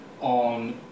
on